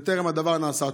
והדבר טרם נעשה.